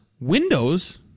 windows